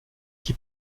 qui